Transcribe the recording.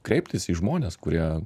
kreiptis į žmones kurie